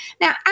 Now